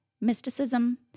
mysticism